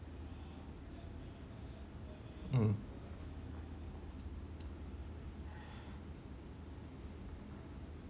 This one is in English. mm